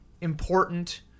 important